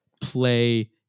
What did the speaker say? play